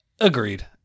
Agreed